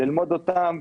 ללמוד אותן,